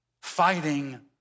fighting